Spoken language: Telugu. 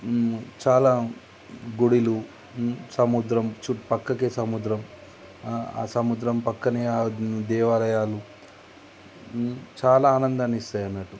చాలా గుడులు సముద్రం పక్కకి సముద్రం ఆ సముద్రం పక్కనే ఆ దేవాలయాలు చాలా ఆనందాన్ని ఇస్తాయి అన్నట్టు